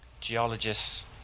Geologists